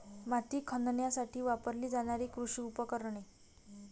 माती खणण्यासाठी वापरली जाणारी कृषी उपकरणे